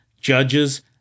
judges